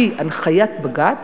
על-פי הנחיית בג"ץ,